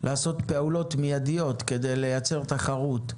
לעשות פעולות מידיות כדי לייצר תחרות?